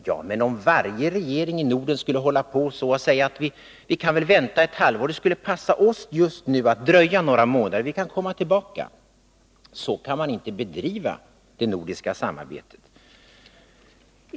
Men tänk om varje regering i Norden skulle hålla på så, och säga att vi kan vänta ett halvår, för det skulle passa oss just nu att dröja några månader — men vi kan komma tillbaka! Så kan man inte bedriva det nordiska samarbetet.